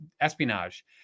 espionage